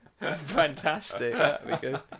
fantastic